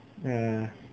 uh